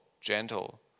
gentle